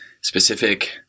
specific